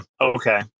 Okay